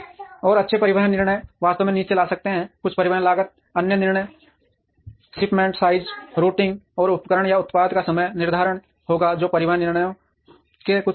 और अच्छे परिवहन निर्णय वास्तव में नीचे ला सकते हैं कुल परिवहन लागत अन्य निर्णय शिपमेंट साइज रूटिंग और उपकरण या उत्पाद का समय निर्धारण होगा जो परिवहन निर्णयों के कुछ कारक हैं